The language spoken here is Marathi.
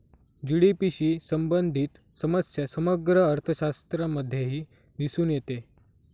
जी.डी.पी शी संबंधित समस्या समग्र अर्थशास्त्रामध्येही दिसून येते